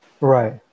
Right